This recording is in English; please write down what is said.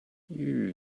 you